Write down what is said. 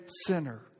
sinner